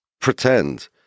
pretend